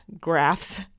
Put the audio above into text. graphs